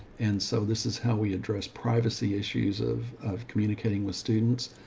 and so this is how we address privacy issues of of communicating with students.